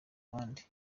abandi